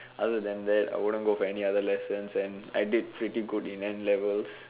other than that I wouldn't go for any other lessons and I did pretty good in N-levels